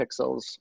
pixels